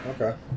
Okay